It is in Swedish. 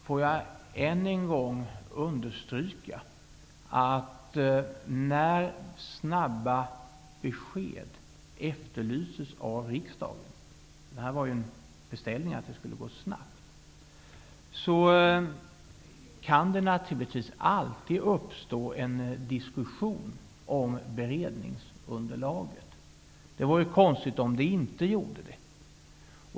Låt mig än en gång understryka att när snabba besked efterlyses av riksdagen -- det var ju en beställning att det skulle gå snabbt -- kan det naturligtvis alltid uppstå en diskussion om beredningsunderlaget. Det vore konstigt, om det inte gjorde det.